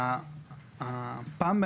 פעם,